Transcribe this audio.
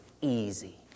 easy